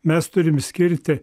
mes turim skirti